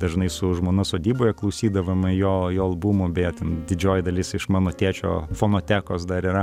dažnai su žmona sodyboje klausydavome jo jo albumų beje ten didžioji dalis iš mano tėčio fonotekos dar yra